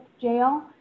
jail